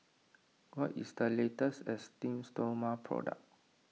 what is the latest Esteem Stoma product